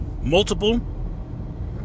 multiple